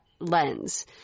lens